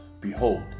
Behold